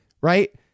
right